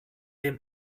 dem